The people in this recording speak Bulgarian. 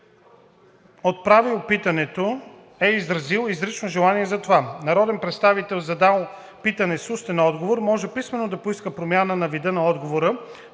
отправил питането, е изразил изрично желание за това. Народен представител, задал питане с устен отговор, може писмено да поиска промяна на вида на отговора